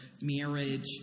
marriage